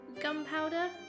gunpowder